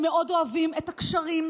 כשהיא העמידה את עצמה במצב של ניגוד עניינים,